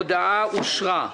ההודעה אושרה.